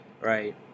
Right